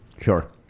Sure